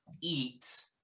eat